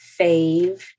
Fave